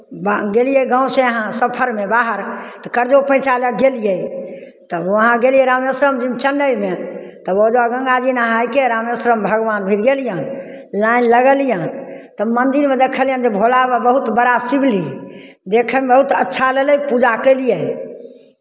बा गेलियै गाँवसँ यहाँ सफरमे बाहर तऽ कर्जो पैँचा लए कऽ गेलियै तब वहाँ गेलियै रामेश्वरम चेन्नइमे तऽ ओजऽ गङ्गाजी नहाय कऽ रामेश्वरम भगवान भिर गेलियनि लाइन लगलियनि तऽ मन्दिरमे देखलियनि जे भोला बाबा बहुत बड़ा शिवलिङ्ग देखयमे बहुत अच्छा लगलै पूजा केलियै